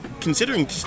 considering